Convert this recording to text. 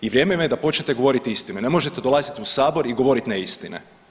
I vrijeme vam je da počnete govoriti istinu i ne možete dolaziti u Sabor i govoriti neistine.